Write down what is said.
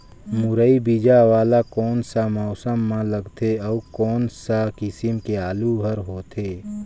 मुरई बीजा वाला कोन सा मौसम म लगथे अउ कोन सा किसम के आलू हर होथे?